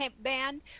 band